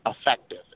effective